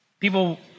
People